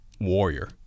warrior